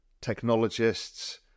technologists